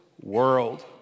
world